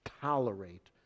tolerate